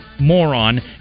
Moron